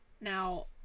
now